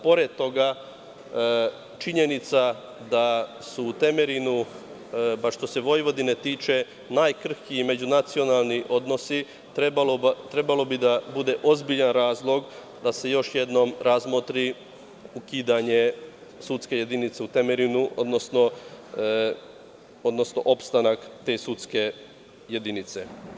Pored toga, činjenica da su u Temerinu, bar što se Vojvodine tiče, najkrhkiji međunacionalni odnosi, trebalo bi da bude ozbiljan razlog da se još jednom razmotri ukidanje sudske jedinice u Temerinu, odnosno opstanak te sudske jedinice.